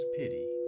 pity